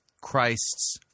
Christ's